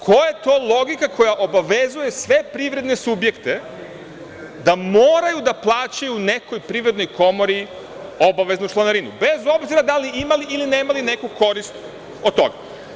Koja je to logika koja obavezuje sve privredne subjekte da moraju da plaćaju u nekoj Privrednoj komori obaveznu članarinu, bez obzira da li imali ili nemali neku korist od toga?